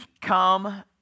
come